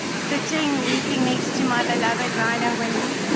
sitting weeping next to my beloved rhino winnie,